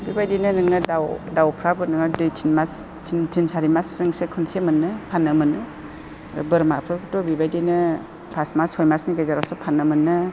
फोरबायदिनो नोङो दाउ दाउफ्राबो नोङो दुइ तिनमास तिन सारि मासजोंसो खनसे मोनो फाननो मोनो बोरमाफ्राथ' बेबायदिनो पास मास सय मासफोरनि गेजेरावसो फाननो मोनो